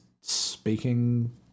speaking